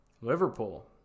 Liverpool